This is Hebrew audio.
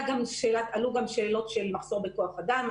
עלו גם שאלות של מחסור בכוח אדם,